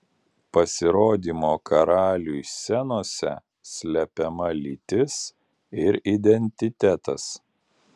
pasirodymo karaliui scenose slepiama lytis ir identitetas